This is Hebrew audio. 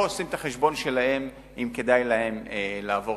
או עושים את החשבון שלהם אם כדאי להם לעבור,